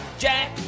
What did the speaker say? Jack